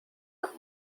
las